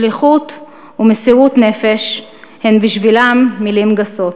שליחות ומסירות נפש הן בשבילם מילים גסות.